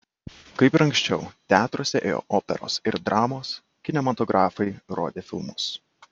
kaip ir anksčiau teatruose ėjo operos ir dramos kinematografai rodė filmus